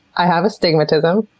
i have astigmatism.